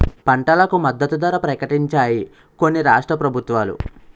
పంటలకు మద్దతు ధర ప్రకటించాయి కొన్ని రాష్ట్ర ప్రభుత్వాలు